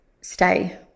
stay